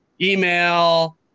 Email